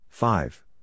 Five